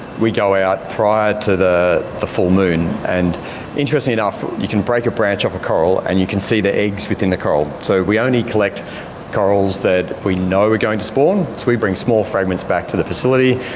we go out prior to the the full moon. and interestingly enough you can break a branch off a coral and you can see the eggs within the coral. so we only collect corals that we know are going to spawn. so we bring small fragments back to the facility,